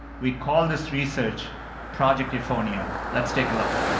we call this research project euphonia. let's take a look.